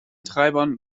treibern